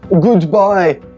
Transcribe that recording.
goodbye